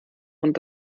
und